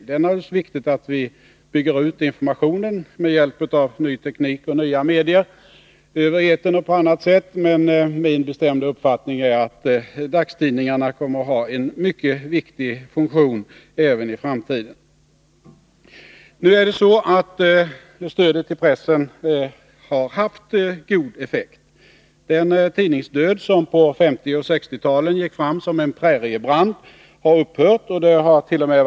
Det är naturligtvis viktigt att vi bygger ut informationen med hjälp av ny teknik och nya medier över etern och på annat sätt, men min bestämda uppfattning är att dagstidningarna kommer att ha en mycket viktig funktion även i framtiden. Stödet till pressen har också haft god effekt. Den tidningsdöd som på 1950 och 1960-talen gick fram som en präriebrand har upphört, och det hart.o.m.